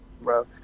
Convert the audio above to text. bro